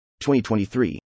2023